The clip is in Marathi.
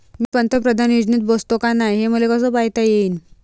मी पंतप्रधान योजनेत बसतो का नाय, हे मले कस पायता येईन?